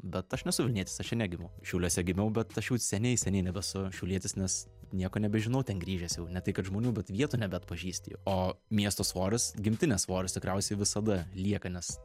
bet aš nesu vilnietis aš čia negimiau šiauliuose gimiau bet aš jau seniai seniai nebesu šiaulietis nes nieko nebežinau ten grįžęs jau ne tai kad žmonių bet vietų nebeatpažįsti jau o miesto svoris gimtinės svoris tikriausiai visada lieka nes